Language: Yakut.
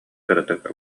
кыратык